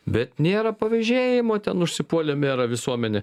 bet nėra pavėžėjimo ten užsipuolė merą visuomenė